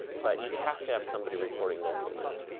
but you have to have somebody reporting local news.